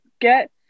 get